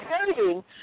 hurting